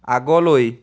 আগলৈ